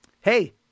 Hey